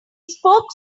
spoke